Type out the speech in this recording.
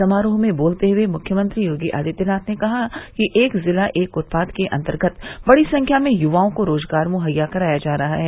समारोह में बोलते हुए मुख्यमंत्री योगी आदित्यनाथ ने कहा कि एक जिला एक उत्पाद के अन्तर्गत बड़ी संख्या में युवाओं को रोजगार मुहैया कराया जा रहा है